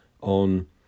on